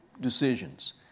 decisions